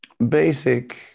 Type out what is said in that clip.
Basic